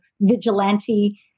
vigilante